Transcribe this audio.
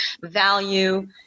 value